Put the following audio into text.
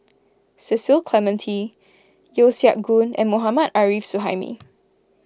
Cecil Clementi Yeo Siak Goon and Mohammad Arif Suhaimi